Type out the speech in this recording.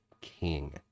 king